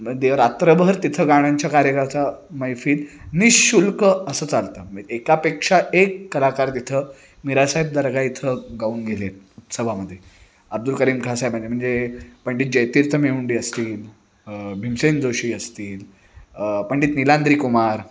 दे रात्रभर तिथं गाण्यांच्या कार्यकाळचा मैफिल निःशुल्क असं चालतं म्हणजे एकापेक्षा एक कलाकार तिथं मिरासाहेब दर्गा इथं गाऊन गेले आहेत उत्सवामध्ये अब्दुल करीम खाँसाहेबांनी म्हणजे पंडित जयतीर्थ मेवुंडी असतील भीमसेन जोशी असतील पंडित निलांद्रीकुमार